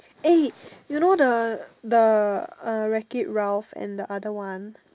eh you know the the uh Wreck it Ralph and the other one